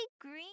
green